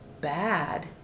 bad